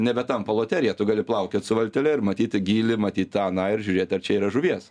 nebetampa loterija tu gali plaukiot su valtele ir matyti gylį matyt tą aną ir žiūrėt ar čia yra žuvies